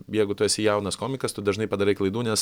jeigu tu esi jaunas komikas tu dažnai padarai klaidų nes